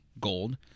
gold